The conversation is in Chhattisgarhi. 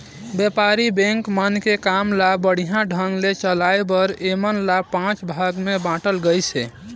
बेपारी बेंक मन के काम ल बड़िहा ढंग ले चलाये बर ऐमन ल पांच भाग मे बांटल गइसे